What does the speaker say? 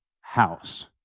house